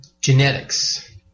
Genetics